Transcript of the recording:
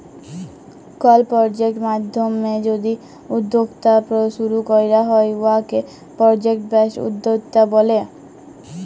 call project মাইধ্যমে যদি উদ্যক্তা শুরু ক্যরা হ্যয় উয়াকে পরজেক্ট বেসড উদ্যক্তা ব্যলে